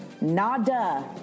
nada